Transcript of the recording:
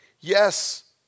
Yes